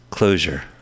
Closure